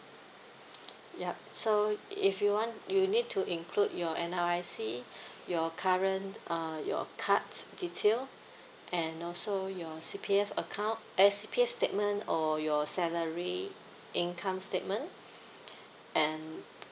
ya so if you want you need to include your N_R_I_C your current uh your cards detail and also your C_P_F account eh C_P_F statement or your salary income statement and